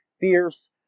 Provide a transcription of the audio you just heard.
fierce